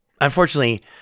unfortunately